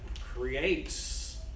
creates